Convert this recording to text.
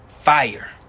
fire